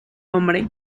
hombre